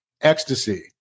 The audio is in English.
ecstasy